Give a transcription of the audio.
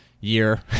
year